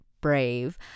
brave